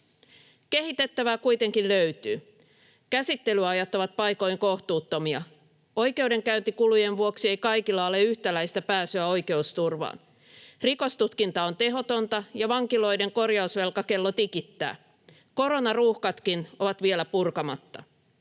Kehitettävää kuitenkin löytyy: käsittelyajat ovat paikoin kohtuuttomia, oikeudenkäyntikulujen vuoksi ei kaikilla ole yhtäläistä pääsyä oikeusturvaan, rikostutkinta on tehotonta, ja vankiloiden korjausvelkakello tikittää. Koronaruuhkatkin ovat vielä purkamatta.